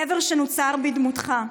גבר שנוצר בדמותך.